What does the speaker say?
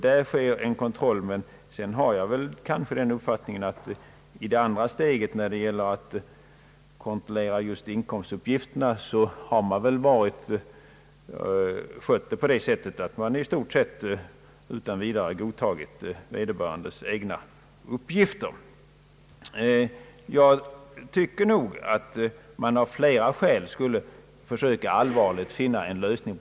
Där sker en kontroll, men jag har den uppfattningen att någon kontroll av inkomstuppgifterna i stort sett inte har förekommit, utan man har utan vidare godtagit vederbörandes egna uppgifter. Jag tycker av flera skäl att man borde försöka allvarligt finna en lösning.